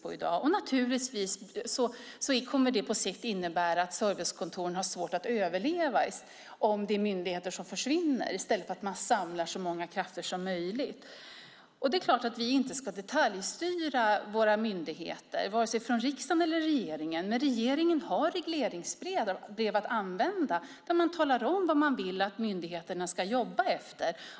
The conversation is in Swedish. Att myndigheter försvinner kommer på sikt att innebära att servicekontoren har svårt att överleva. I stället borde man samla så många krafter som möjligt. Naturligtvis ska varken riksdagen eller regeringen detaljstyra våra myndigheter, men regeringen har ett regleringsbrev att använda. Där talar man om vad man vill att myndigheterna ska jobba med.